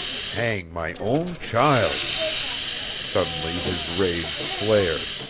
hang my own child suddenly his rage flared.